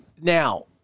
Now